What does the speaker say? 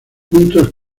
juntos